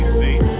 see